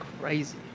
Crazy